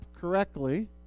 correctly